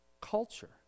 culture